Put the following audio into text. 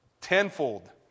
tenfold